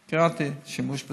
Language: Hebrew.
קראתי, שימוש בתרופות,